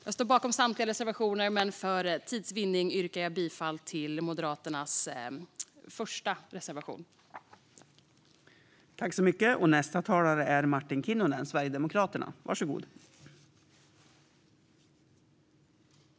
Jag står bakom samtliga reservationer, men för tids vinnande yrkar jag bifall endast till reservation 1.